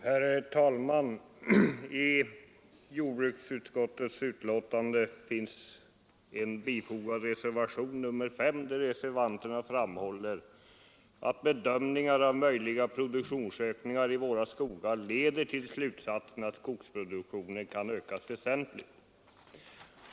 Herr talman! Vid jordbruksutskottets betänkande har fogats en reservation, nr 5, där reservanterna framhåller att bedömningar av möjliga produktionsökningar i våra skogar leder till slutsatsen att skogs produktionen kan ökas väsentligt.